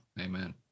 Amen